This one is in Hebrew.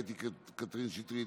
קטי קטרין שטרית,